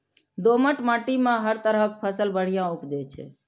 दोमट माटि मे हर तरहक फसल बढ़िया उपजै छै